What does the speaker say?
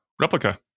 replica